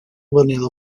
vanilla